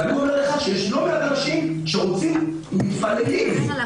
ואני אומר לך שיש לא מעט אנשים שמתפללים שיהיו